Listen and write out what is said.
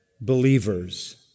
believers